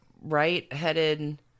right-headed